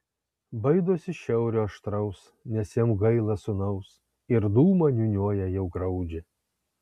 baidosi šiaurio aštraus nes jam gaila sūnaus ir dūmą niūniuoja jau griaudžią